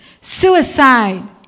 Suicide